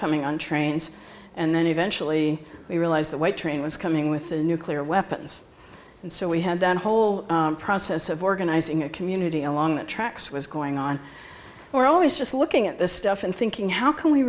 coming on trains and then eventually we realized the weight train was coming with the nuclear weapons and so we had that whole process of organizing a community along the tracks was going on or always just looking at this stuff and thinking how can we